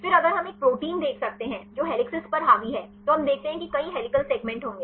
फिर अगर हम एक प्रोटीन देख सकते हैं जो हेलिसेस पर हावी है तो हम देखते हैं कि कई हेलिकल सेगमेंट होंगे